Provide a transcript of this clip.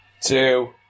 Two